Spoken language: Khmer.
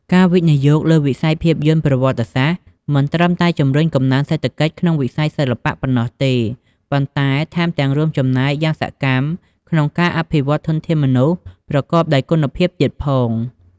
ការវិនិយោគលើវិស័យភាពយន្តប្រវត្តិសាស្ត្រ មិនត្រឹមតែជម្រុញកំណើនសេដ្ឋកិច្ចក្នុងវិស័យសិល្បៈប៉ុណ្ណោះទេ ប៉ុន្តែថែមទាំងរួមចំណែកយ៉ាងសកម្មក្នុងការអភិវឌ្ឍធនធានមនុស្សប្រកបដោយគុណភាពទៀតផង។